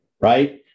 right